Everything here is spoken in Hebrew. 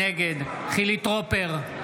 נגד חילי טרופר,